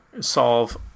solve